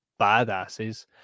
badasses